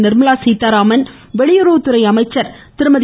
நிர்மலா சீத்தாராமன் வெளியுறவுத்துறை அமைச்சர் திருமதி